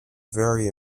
very